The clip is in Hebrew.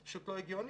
זה פשוט לא הגיוני.